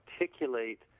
articulate